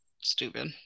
stupid